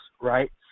right